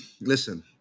listen